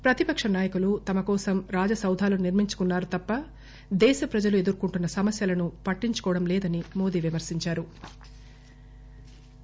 ప్రతిపక్ష నాయకులు తమకోసం రాజసాధాలు నిర్మించుకున్నారు తప్ప దేశ ప్రజలు ఎదుర్కోంటున్న సమస్యలను పట్టించుకోలేదని మోదీ విమర్భించారు